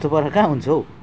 त्यस्तो पारा कहाँ हुन्छ हौ